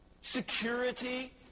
security